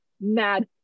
Mad